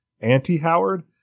anti-Howard